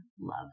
love